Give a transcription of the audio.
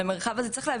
בדמות שלנו,